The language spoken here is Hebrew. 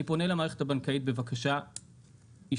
אני פונה למערכת הבנקאית בבקשה אישית,